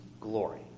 glory